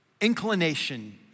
inclination